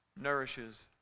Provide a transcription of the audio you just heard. Nourishes